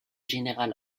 général